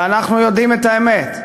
ואנחנו יודעים את האמת,